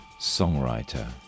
songwriter